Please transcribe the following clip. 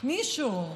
מישהו,